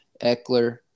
Eckler